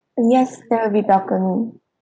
and yes there will be balcony